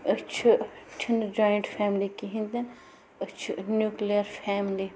أسۍ چھِ چھِنہٕ جوینٛٹ فیملی کِہیٖنی تہِ نہٕ أسۍ چھِ نیوکِلیر فیملی